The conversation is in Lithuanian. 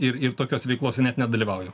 ir ir tokiose veiklose net nedalyvauju